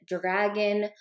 dragon